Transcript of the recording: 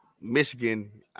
Michigan